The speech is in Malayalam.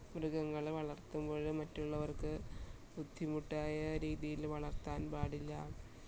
മൃഗങ്ങളെ വളർത്തുമ്പോൾ മറ്റുള്ളവർക്ക് ബുദ്ധിമുട്ടായ രീതിയിൽ വളർത്താൻ പാടില്ല